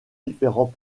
différents